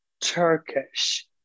Turkish